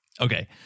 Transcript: Okay